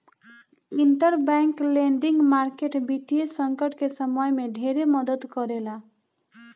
interbank lending market वित्तीय संकट के समय में ढेरे मदद करेला